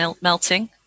melting